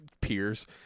peers